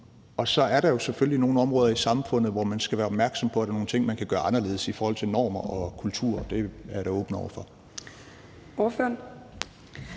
Og så er der selvfølgelig nogle områder i samfundet, hvor man skal være opmærksom på, at der er nogle ting, man kan gøre anderledes i forhold til normer og kultur, og det er jeg da åben over for.